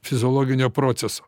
fiziologinio proceso